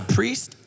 priest